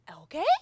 okay